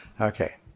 Okay